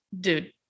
dude